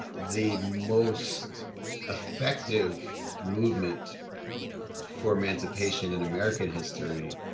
the most effective movement for man's a patient in american history,